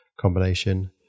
combination